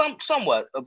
somewhat